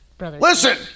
listen